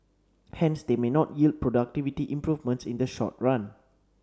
hence they may not yield productivity improvements in the short run